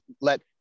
let